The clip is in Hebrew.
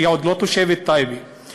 שהיא לא תושבת טייבה עוד.